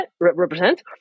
represent